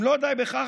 אם לא די בכך,